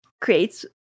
creates